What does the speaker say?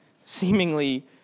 seemingly